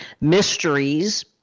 mysteries